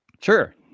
Sure